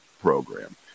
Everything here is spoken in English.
program